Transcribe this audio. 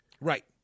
Right